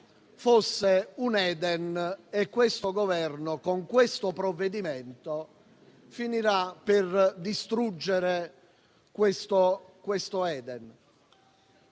fosse un Eden e che il Governo con questo provvedimento finirà per distruggerlo. Io non